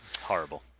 Horrible